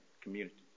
community